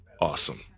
awesome